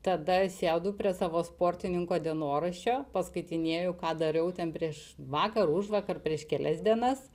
tada sėdu prie savo sportininko dienoraščio paskaitinėju ką dariau ten prieš vakar užvakar prieš kelias dienas